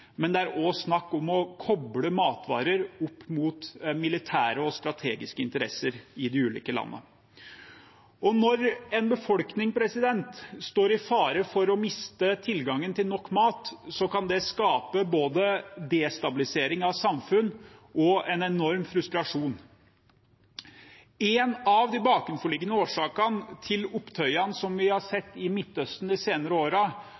men det er også snakk om å koble matvarer opp mot militære og strategiske interesser i de ulike landene. Når en befolkning står i fare for å miste tilgangen til nok mat, kan det skape både destabilisering av samfunn og en enorm frustrasjon. En av de bakenforliggende årsakene til opptøyene som vi har sett i Midtøsten de senere